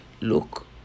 look